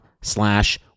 slash